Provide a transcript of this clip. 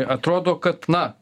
atrodo kad na